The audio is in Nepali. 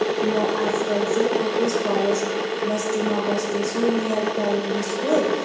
म आजकल चाहिँ कोपिस फरेस्ट बस्तीमा बस्दैछु नियर प्राइमारी स्कुल